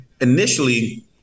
initially